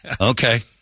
Okay